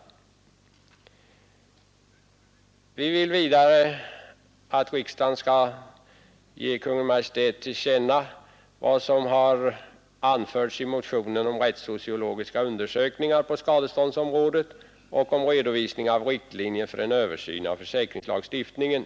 Dessutom begär vi att riksdagen skall ge Kungl. Maj:t till känna vad som anförts i motionen om rättssociologiska undersökningar på skadeståndsområdet. Vi önskar också en redovisning av riktlinjer för en översyn av försäkringslagstiftningen.